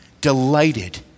delighted